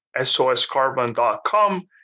soscarbon.com